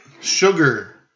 Sugar